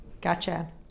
Gotcha